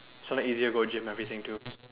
so then easier to go gym everything too